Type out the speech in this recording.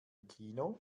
kino